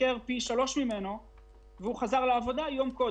שמשתכר פי שלוש וחזר יום קודם.